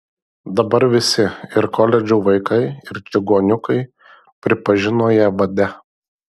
dabar visi ir koledžų vaikai ir čigoniukai pripažino ją vade